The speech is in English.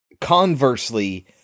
conversely